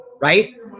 right